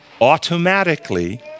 automatically